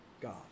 God